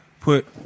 put